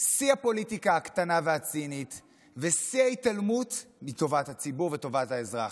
שיא הפוליטיקה הקטנה והצינית ושיא ההתעלמות מטובת הציבור וטובת האזרח.